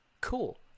cool